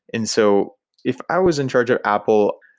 and so if i was in charge of apple,